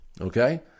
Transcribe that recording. Okay